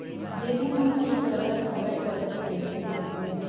गेहूं म कीट लगत हवय करके कइसे जानबो?